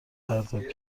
پرتاب